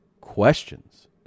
questions